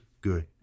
good